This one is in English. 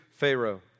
Pharaoh